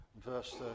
verse